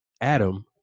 Adam